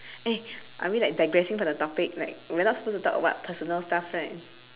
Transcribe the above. eh are we like digressing from the topic like we are not supposed to talk about personal stuff right